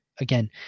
Again